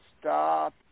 stop